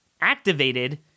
activated